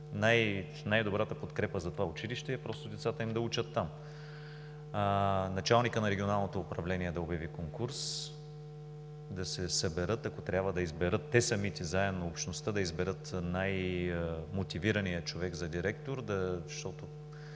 Най-добрата подкрепа за това училище е просто децата им да учат там. Началникът на Регионалното управление да обяви конкурс, да се съберат, ако трябва общността да изберат най-мотивирания човек за директор,